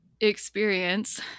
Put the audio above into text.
experience